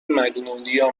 مگنولیا